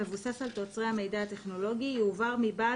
המבוסס על תוצרי המידע הטכנולוגי יועבר מבעל